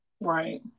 Right